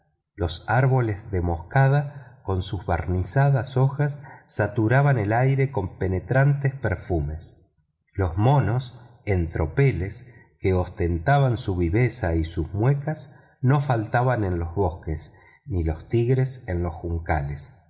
los árboles de moscada con sus barnizadas hojas saturaban el aire con penetrantes perfumes los monos en tropeles que ostentaban su viveza y sus muecas no faltaban en los bosques ni los tigres en los juncales